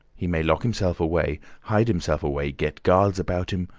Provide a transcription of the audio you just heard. he may lock himself away, hide himself away, get guards about him,